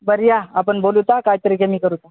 बर या आपण बोलूचा कायतरी कमी करूचा